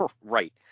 right